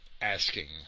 asking